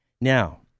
Now